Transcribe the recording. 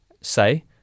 say